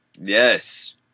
Yes